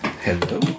Hello